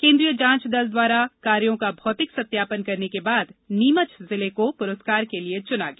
केंद्रीय जांच दल द्वारा कार्यों का भौतिक सत्यापन करने के बाद नीमच जिले को पुरस्कार के लिए चुना गया